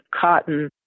cotton